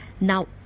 Now